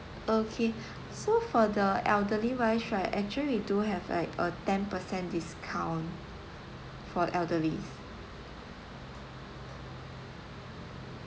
okay so for the elderly-wise right actually we do have like a ten percent discount for elderly